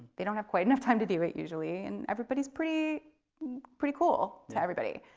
they don't have quite enough time to do it usually. and everybody's pretty pretty cool to everybody.